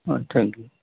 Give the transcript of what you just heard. O thank U